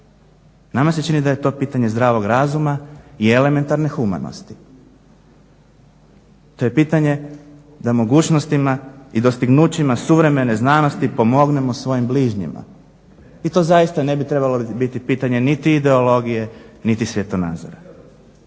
Nama se čini da je to pitanje zdravog razuma ili elementarne humanosti. To je pitanje da mogućnostima i dostignućima suvremene znanosti pomognemo svojim bližnjima i to zaista ne bi trebalo biti pitanje niti ideologije niti svjetonazora.